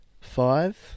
Five